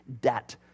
debt